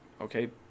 Okay